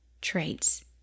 traits